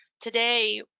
Today